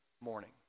morning